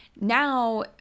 now